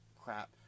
crap